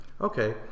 Okay